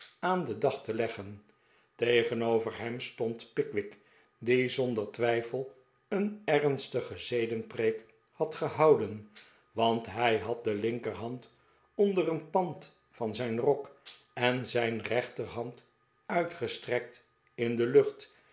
aan den dag te leggen tegenover hem stond pickwick die zonder twijfel een ernstige zedenpreek had gehoudenj want hij had de linkerhand onder een pand van zijn rok en zijn rechterhand uitgestrekt in de lucht